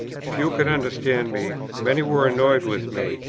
few could understand me, many were annoyed with me,